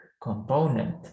component